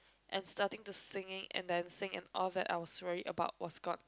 and starting to singing and then sing and all that I was worred about was gone